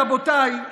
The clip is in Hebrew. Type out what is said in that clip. רבותיי,